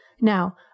Now